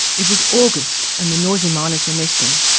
it was august and the noisy miners were nesting.